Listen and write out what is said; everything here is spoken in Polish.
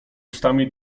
ustami